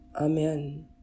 Amen